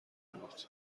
بود